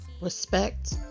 respect